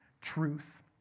truth